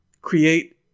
create